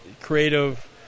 creative